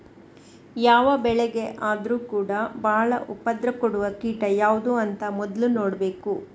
ಯಾವ ಬೆಳೆಗೆ ಆದ್ರೂ ಕೂಡಾ ಬಾಳ ಉಪದ್ರ ಕೊಡುವ ಕೀಟ ಯಾವ್ದು ಅಂತ ಮೊದ್ಲು ನೋಡ್ಬೇಕು